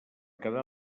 quedar